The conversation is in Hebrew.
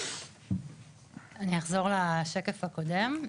אני אחזור לשקף הקודם,